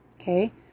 Okay